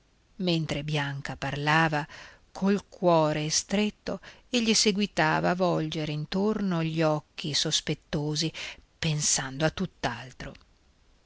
mentre bianca parlava col cuore stretto egli seguitava a volgere intorno gli occhi sospettosi pensando a